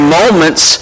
moments